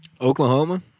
Oklahoma